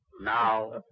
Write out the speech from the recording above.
now